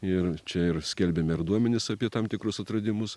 ir čia ir skelbiami ir duomenys apie tam tikrus atradimus